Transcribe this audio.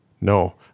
No